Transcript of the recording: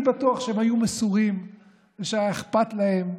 אני בטוח שהם היו מסורים ושהיה אכפת להם,